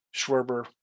Schwerber